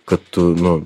kad tu nu